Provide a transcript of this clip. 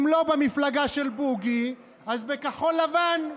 אם לא במפלגה של בוגי אז בכחול לבן,